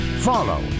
Follow